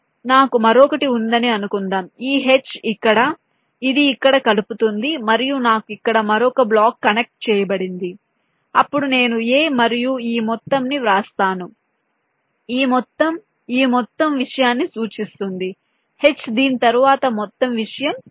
నాకు మరొకటి ఉందని అనుకుందాం ఈ H ఇక్కడ ఇది ఇక్కడ కలుపుతుంది మరియు నాకు ఇక్కడ మరొక బ్లాక్ కనెక్ట్ చేయబడింది అప్పుడు నేను a మరియు ఈ మొత్తంని వ్రాస్తాను ఈ మొత్తం ఈ మొత్తం విషయాన్ని సూచిస్తుంది H దీని తరువాత మొత్తం విషయం H